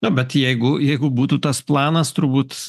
na bet jeigu jeigu būtų tas planas turbūt